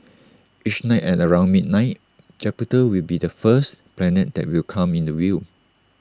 each night at around midnight Jupiter will be the first planet that will come into view